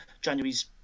January's